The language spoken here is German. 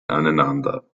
aneinander